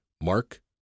Mark